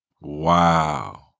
Wow